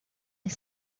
des